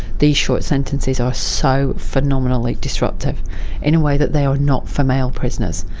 these short sentences are so phenomenally disruptive in a way that they are not for male prisoners.